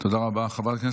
יש בחינה כמו